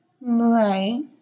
Right